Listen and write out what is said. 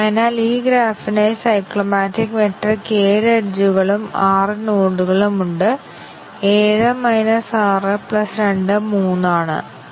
അതിനാൽ ഈ ബേസിക് വ്യവസ്ഥ ശരിയും തെറ്റായ മൂല്യവും എടുക്കുന്നതിനാൽ ഫലം തെറ്റായിത്തീരും അതുപോലെ തന്നെ ബ്രാഞ്ച് ഫലവും മറ്റ് ബേസിക് വ്യവസ്ഥകളെ കോൺസ്റ്റന്റ് ട്രൂ സത്യ മൂല്യത്തിൽ നിലനിർത്തുന്നു